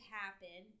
happen